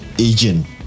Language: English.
agent